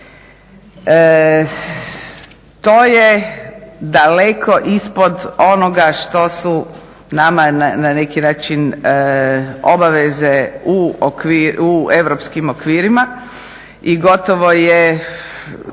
To je daleko ispod onoga što su nama na neki način obaveze u europskim okvirima. I gotovo je